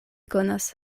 konas